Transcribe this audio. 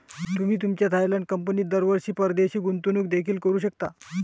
तुम्ही तुमच्या थायलंड कंपनीत दरवर्षी परदेशी गुंतवणूक देखील करू शकता